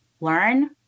learn